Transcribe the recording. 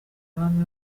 abami